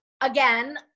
again